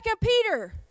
Peter